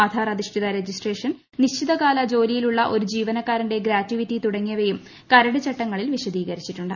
ആധാർ അധിഷ്ഠിത രജിസ്ട്രേഷൻ നിശ്ചിതകാല ജോലിയുള്ള ഒരു ജീവനക്കാരന്റെ ഗ്രാറ്റുവിറ്റി തുടങ്ങിയവയും കരട് ചട്ടങ്ങളിൽ വിശദീകരിച്ചിട്ടുണ്ട്